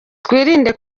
twirinde